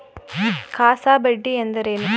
CASA ಬಡ್ಡಿ ಎಂದರೇನು?